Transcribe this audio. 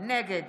נגד